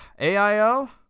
AIO